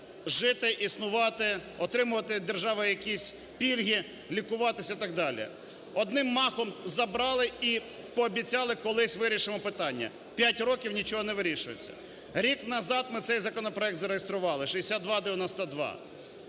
жити, існувати, отримували від держави якісь пільги, лікуватися і так далі. Одним махом забрали і пообіцяли, колись вирішимо питання. П'ять років нічого не вирішується! Рік назад ми цей законопроект зареєстрували (6292).